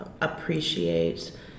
appreciate